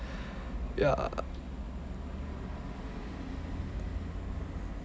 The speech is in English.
ya